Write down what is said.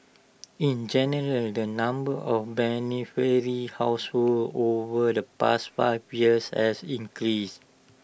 in general the number of beneficiary households over the past five years has increased